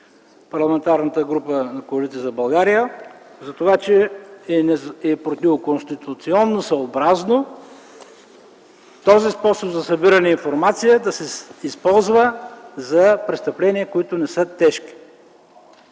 Парламентарната група на Коалиция за България, че е противоконституционен този способ за събиране на информация да се използва за престъпления, които не са тежки.